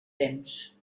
temps